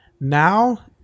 Now